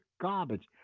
garbage